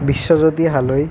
Biswajyoti Haloi